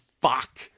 fuck